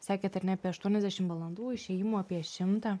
sakėt ar ne apie aštuoniasdešim valandų išėjimų apie šimtą